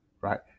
right